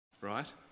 Right